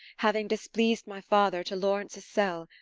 having displeas'd my father, to lawrence' cell,